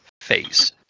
face